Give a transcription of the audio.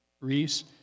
Reese